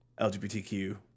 LGBTQ